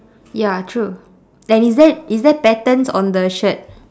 ya true and is there is there patterns on the shirt